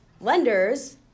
lenders